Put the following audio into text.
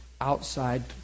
outside